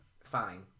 fine